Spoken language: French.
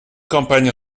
campagne